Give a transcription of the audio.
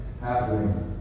happening